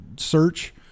search